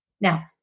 Now